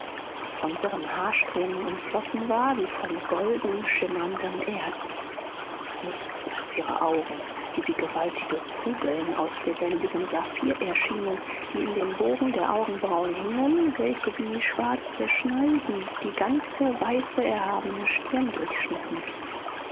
das von wirren haarsträhnen umflossen war wie von golden schimmerndem erz nichts als ihre augen die wie gewaltige kugeln aus lebendigem saphir erschienen die in den bogen der augenbrauen hingen welche wie schwarze schneiden die ganze weiße erhabene stirn durchschnitten